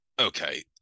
okay